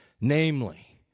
Namely